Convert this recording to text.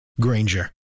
Granger